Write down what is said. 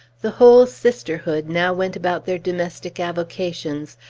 the whole sisterhood now went about their domestic avocations,